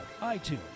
iTunes